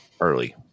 early